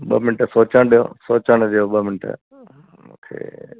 ॿ मिनट सोचणु ॾियो सोचणु ॾियो ॿ मिनट मूंखे